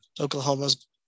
Oklahoma's